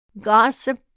Gossip